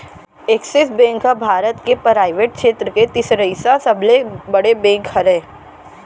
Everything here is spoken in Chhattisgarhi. एक्सिस बेंक ह भारत के पराइवेट छेत्र के तिसरइसा सबले बड़े बेंक हरय